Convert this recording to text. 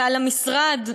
ועל המשרד,